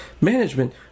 management